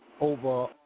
over